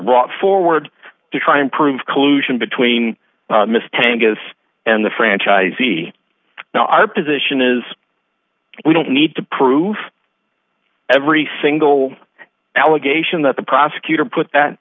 brought forward to try and prove collusion between miss tangas and the franchisee now our position is we don't need to prove every single allegation that the prosecutor put that